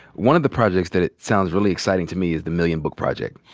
one of the projects that it sounds really exciting to me is the million book project.